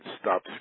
stop